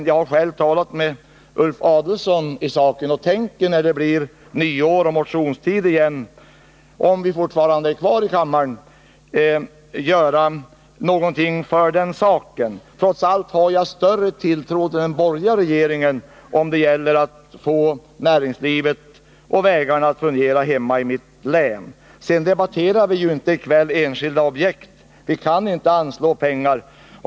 Jag har själv talat med Ulf Adelsohn i saken och tänker, när det blir nyår och motionstid igen — om vi fortfarande är kvar i kammaren — göra någonting för den saken. Trots allt har jag större tilltro till den borgerliga regeringen om det gäller att få näringslivet och vägarna att fungera hemma i mitt län. Men vi debatterar inte enskilda objekt i kväll. Vi kan inte anslå pengar.